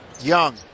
Young